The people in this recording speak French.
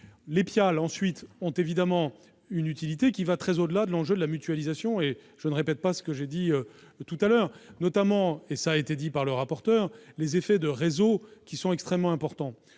Les PIAL ont évidemment une utilité qui va très au-delà de l'enjeu de la mutualisation. Je ne répète pas ce que j'ai dit, mais je pense notamment- cela a été dit par M. le rapporteur -aux effets de réseau, qui sont extrêmement importants.